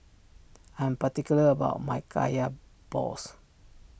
I am particular about my Kaya Balls